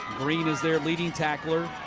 green is their leading tackler.